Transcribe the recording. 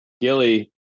Gilly